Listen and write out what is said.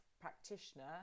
practitioner